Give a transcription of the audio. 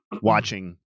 watching